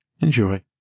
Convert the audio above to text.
enjoy